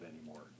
anymore